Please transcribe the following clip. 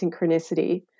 synchronicity